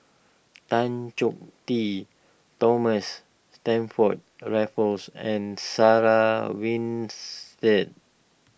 Tan Choh Tee Thomas Stamford Raffles and Sarah Winstedt